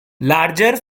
larger